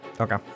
Okay